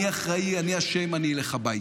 אני אחראי, אני אשם, אני אלך הביתה.